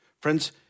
Friends